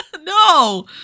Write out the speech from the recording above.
No